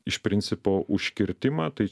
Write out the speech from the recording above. iš principo užkirtimą tai